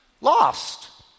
Lost